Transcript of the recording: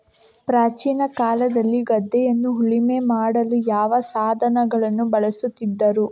ಪ್ರಾಚೀನ ಕಾಲದಲ್ಲಿ ಗದ್ದೆಯನ್ನು ಉಳುಮೆ ಮಾಡಲು ಯಾವ ಸಾಧನಗಳನ್ನು ಬಳಸುತ್ತಿದ್ದರು?